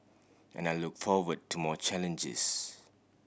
and I look forward to more challenges